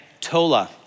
Tola